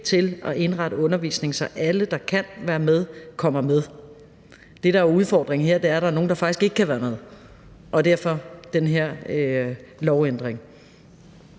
til at indrette undervisningen, så alle, der kan være med, kommer med. Det, der er udfordringen her, er, at der faktisk er nogle, der ikke kan være med. Derfor den her lovændring.